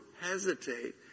hesitate